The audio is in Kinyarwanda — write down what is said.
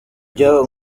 ibyo